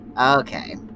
Okay